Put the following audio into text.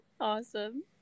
awesome